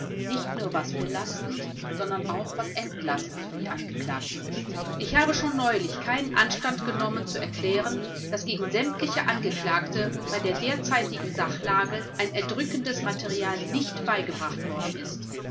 nicht nur was belastend sondern auch was entlastend für die angeklagten ist ich habe schon neulich keinen anstand genommen zu erklären daß gegen sämtliche angeklagte bei der derzeitigen sachlage ein erdrückendes material nicht beigebracht worden ist